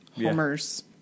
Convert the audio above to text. Homer's